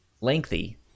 lengthy